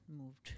moved